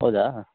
ಹೌದಾ